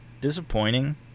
Disappointing